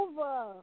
over